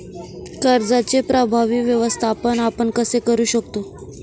कर्जाचे प्रभावी व्यवस्थापन आपण कसे करु शकतो?